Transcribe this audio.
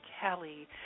Kelly